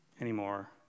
anymore